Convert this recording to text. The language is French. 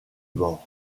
bord